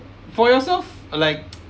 for yourself like